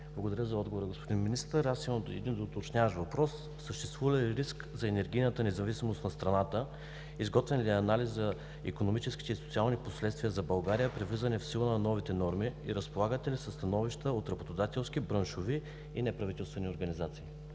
Благодаря за отговора, господин министър. Аз имам един доуточняващ въпрос: съществува ли риск за енергийната независимост на страната? Изготвен ли е анализ за икономическите и социални последствия за България при влизане в сила на новите норми? Разполагате ли със становища от работодателски, браншови и неправителствени организации?